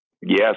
Yes